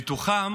ומתוכם